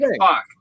fuck